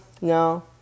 No